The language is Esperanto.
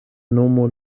nomu